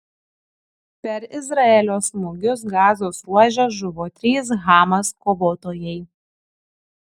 per izraelio smūgius gazos ruože žuvo trys hamas kovotojai